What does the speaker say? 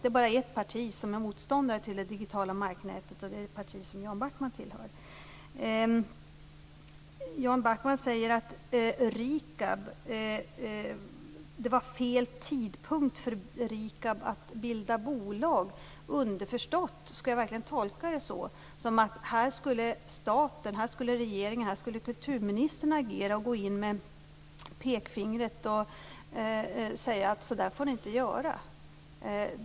Det är bara ett parti som är motståndare till det digitala marknätet, och det är det parti Jan Backman företräder. Jan Backman säger att det var fel tidpunkt för RIKAB att bilda bolag. Skall jag verkligen tolka det som att han underförstått menar att staten, regeringen och kulturministern här skulle agera och gå in med pekfingret och säga: Så där får ni inte göra?